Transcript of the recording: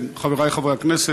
חברי חברי הכנסת,